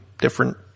Different